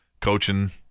coaching